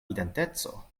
identeco